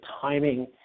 timing